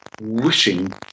wishing